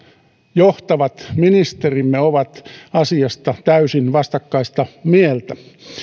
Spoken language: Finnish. johtavat ministerimme ovat asiasta täysin vastakkaista mieltä